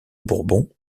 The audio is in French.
bourbon